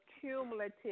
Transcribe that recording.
cumulative